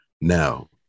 Now